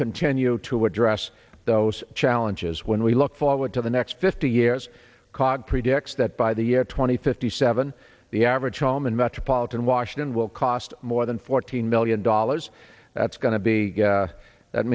continue to address those challenges when we look forward to the next fifty years cog predicts that by the year two thousand and fifty seven the average home in metropolitan washington will cost more than fourteen million dollars that's going to be that